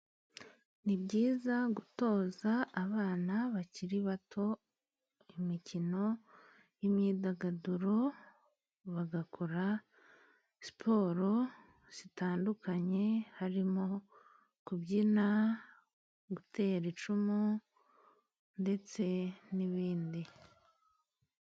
Ni byiza gutoza abana bakiri bato, imikino, imyidagaduro, bagakora siporo zitandukanye, harimo kubyina, gutera icumu, ndetse n'ibindi.